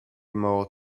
more